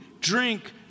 drink